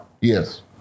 Yes